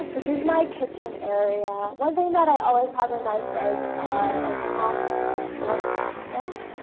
this is my kitchen area. one thing that i always have in my fridge are like half drunk, drank?